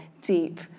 deep